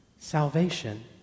Salvation